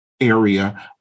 area